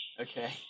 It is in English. Okay